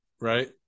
right